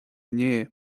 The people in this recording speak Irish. inné